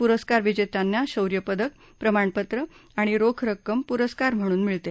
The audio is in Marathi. पुरस्कार विजेत्यांना शौर्य पदक प्रमाणपत्र आणि रोख रक्कम पुस्स्कार म्हणून मिळते